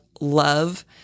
love